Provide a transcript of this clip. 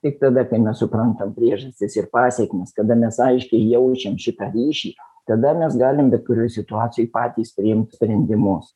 tik tada kai mes suprantam priežastis ir pasekmes kada mes aiškiai jaučiam šitą ryšį tada mes galim bet kurioj situacijoj patys priimt sprendimus